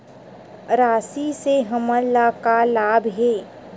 राशि से हमन ला का लाभ हे?